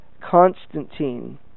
Constantine